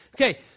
Okay